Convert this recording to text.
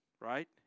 right